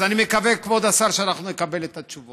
אז אני מקווה, כבוד השר, שאנחנו נקבל את התשובות.